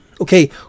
Okay